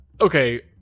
Okay